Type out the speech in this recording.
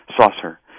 saucer